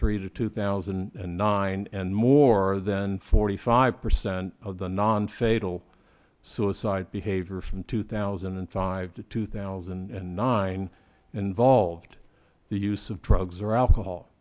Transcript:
three to two thousand and nine and more than forty five percent of the non fatal suicide behavior from two thousand and five to two thousand and nine involved the use of drugs or alcohol